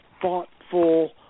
thoughtful